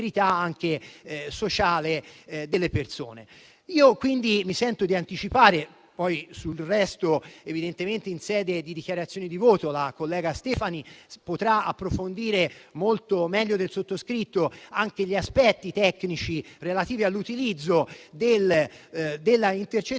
persone. Mi sento di anticipare quindi - poi sul resto, in sede di dichiarazione di voto, la collega Stefani potrà approfondire molto meglio del sottoscritto gli aspetti tecnici relativi all'utilizzo dell'intercettazione